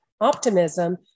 optimism